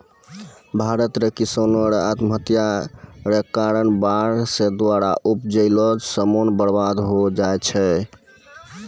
भारत रो किसानो रो आत्महत्या रो कारण बाढ़ रो द्वारा उपजैलो समान बर्बाद होय जाय छै